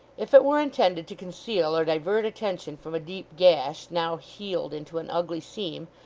if it were intended to conceal or divert attention from a deep gash, now healed into an ugly seam,